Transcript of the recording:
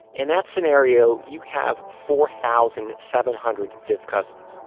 in that scenario, you have four thousand seven hundred fifth cousins.